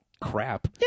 crap